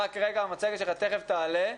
רק רגע, המצגת שלך תיכף תעלה.